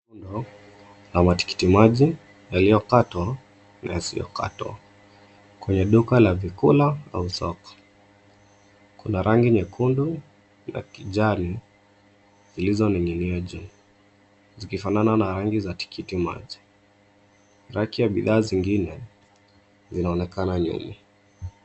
Rundo la matikitikimaji yaliyokatwa na yasiyokatwa kwenye duka la vyakula au soko. Kuna rangi nyekundu na kijani zilizoning'inia juu zikifanana na rangi za tikitikimaji. Raki ya bidhaa zingine inaonekana nyuma.